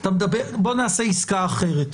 בוא נעשה עסקה אחרת,